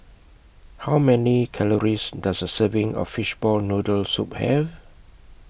How Many Calories Does A Serving of Fishball Noodle Soup Have